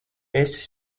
esi